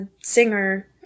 singer